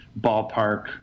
ballpark